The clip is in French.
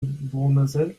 bournazel